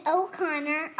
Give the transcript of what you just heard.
O'Connor